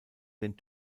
den